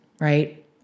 right